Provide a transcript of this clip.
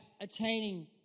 attaining